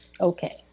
Okay